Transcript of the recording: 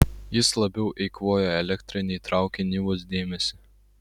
jis labiau eikvojo elektrą nei traukė nivos dėmesį